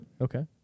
Okay